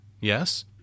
Yes